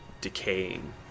decaying